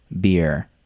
beer